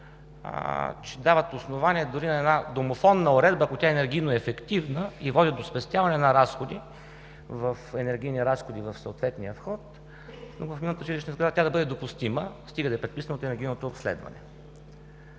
дават основание дори на една домофонна уредба, ако тя е енергийно ефективна и води до спестяване на енергийни разходи в съответния вход, в многофамилната жилищна сграда, тя да бъде допустима, стига да е предписано от енергийното обследване.